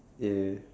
yeah